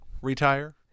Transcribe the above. retire